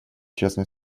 частной